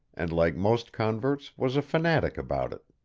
and like most converts was a fanatic about it.